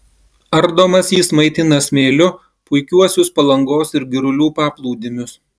ardomas jis maitina smėliu puikiuosius palangos ir girulių paplūdimius